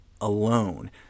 alone